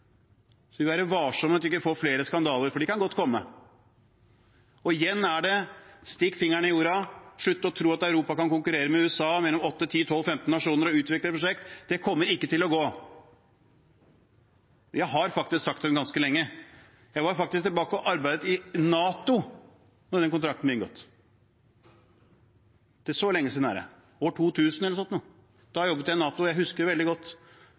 Vi må være varsom, slik at vi ikke får flere skandaler, for de kan godt komme. Igjen er det: Stikk fingeren i jorda, slutt å tro at Europa kan konkurrere med USA, med mellom 10–12–15 nasjoner som skal utvikle et prosjekt. Det kommer ikke til å gå. Vi har sagt det ganske lenge. Jeg arbeidet faktisk i NATO da den kontrakten ble inngått. Så lenge siden er det – år 2000 eller noe sånt. Da jobbet jeg i NATO, og jeg husker det veldig godt.